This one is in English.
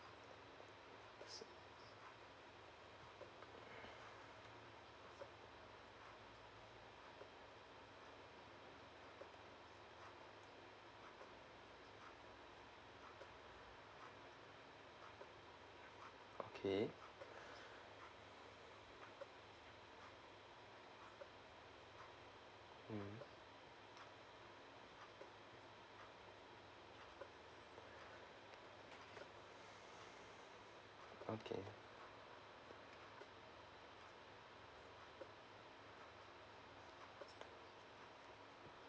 okay mm okay